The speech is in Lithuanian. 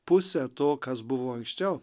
pusė to kas buvo anksčiau